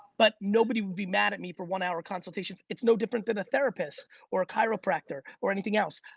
but nobody would be mad at me for one hour consultations. it's no different than a therapist or a chiropractor or anything else,